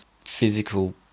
physical